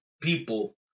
people